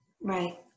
Right